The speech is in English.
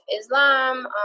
Islam